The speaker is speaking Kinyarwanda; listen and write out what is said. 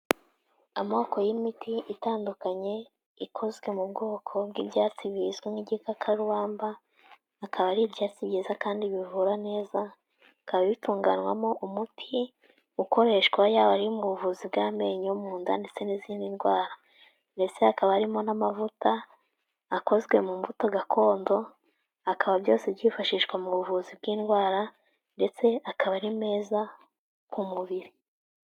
Amoko y'imiti itandukanye, ikozwe mu bwoko bw'ibyatsi bizwimo nk' igikakarubamba akaba ari ibyatsi byiza kandi bivura neza, bikaba bitunganywamo umuti ukoreshwa yaba ari mu buvuzi bw'amenyo, mu nda ndetse n'izindi ndwara ndetse hakaba harimo n'amavuta akozwe mu mbuto gakondo, akaba byose byifashishwa mu buvuzi bw'indwara ndetse akaba ari meza ku mubiri.